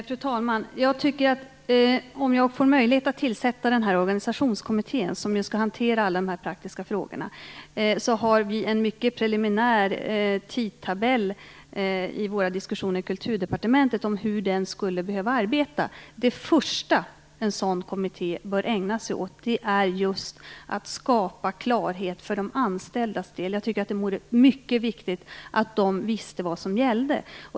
Fru talman! I våra diskussioner i Kulturdepartementet om hur en sådan här organisationskommitté som skall hantera alla de praktiska frågorna skulle behöva arbeta - om jag får möjlighet att tillsätta den - har vi en mycket preliminär tidtabell. Det första en sådan kommitté bör ägna sig åt är just att skapa klarhet för de anställdas del. Jag tycker att det vore mycket viktigt att de visste vad som gällde.